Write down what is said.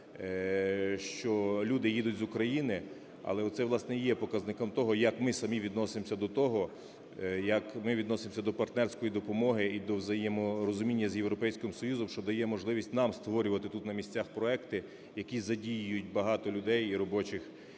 що люди їдуть з України, але оце, власне, і є показником того, як ми самі відносимося до того, як ми відносимося до партнерської допомоги і до взаєморозуміння з Європейським Союзом, що дає можливість нам створювати тут на місцях проекти, які задіюють багато людей і робочих